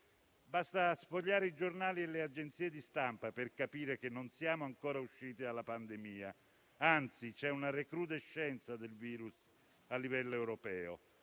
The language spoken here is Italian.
Basta sfogliare i giornali e le agenzie di stampa, per capire che non siamo ancora usciti dalla pandemia e anzi c'è una recrudescenza del virus a livello europeo.